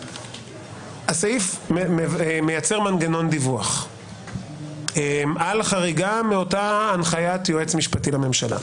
הסעיף מייצר מנגנון דיווח על החריגה מאותה הנחיית יועץ משפטי לממשלה,